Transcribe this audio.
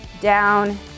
down